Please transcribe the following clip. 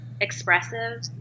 Expressive